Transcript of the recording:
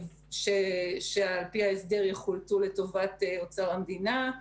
שעל פי ההסדר יחולטו לטובת אוצר המדינה.